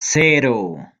cero